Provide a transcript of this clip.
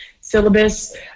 syllabus